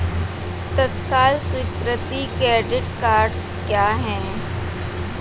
तत्काल स्वीकृति credit cards क्या हैं?